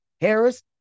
Harris